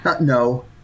No